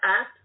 up